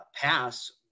pass